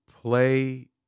play